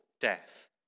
death